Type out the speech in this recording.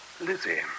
Lizzie